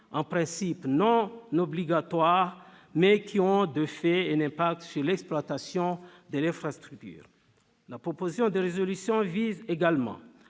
en principe non obligatoires, mais qui ont de fait un impact sur l'exploitation de l'infrastructure. La proposition de résolution vise également